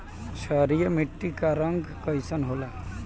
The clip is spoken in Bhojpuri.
क्षारीय मीट्टी क रंग कइसन होला?